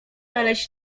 aleś